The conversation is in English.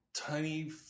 Tiny